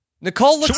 Nicole